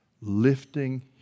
lifting